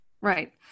Right